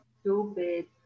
stupid